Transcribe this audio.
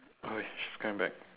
!oi! she's coming back